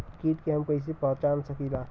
कीट के हम कईसे पहचान सकीला